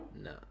No